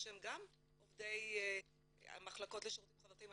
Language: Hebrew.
שהם גם עובדי המחלקות לשירותים חברתיים.